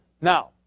Now